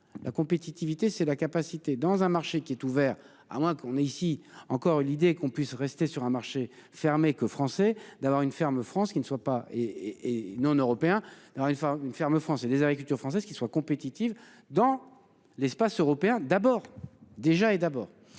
la compétitivité, c'est la capacité dans un marché qui est ouvert à moins qu'on est ici encore l'idée qu'on puisse rester sur un marché fermé que français, d'avoir une ferme France qui ne soit pas et et non européens. Alors il une ferme France et des agricultures françaises qui soit compétitive dans l'espace européen d'abord déjà et d'abord